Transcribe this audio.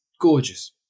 gorgeous